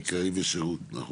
עיקרי ושירות, נכון.